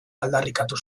aldarrikatu